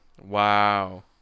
Wow